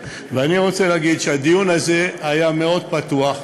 ואני רוצה להגיד שהדיון הזה היה מאוד פתוח,